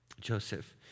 Joseph